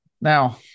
Now